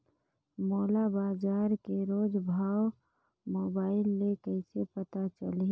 मोला बजार के रोज भाव मोबाइल मे कइसे पता चलही?